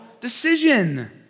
decision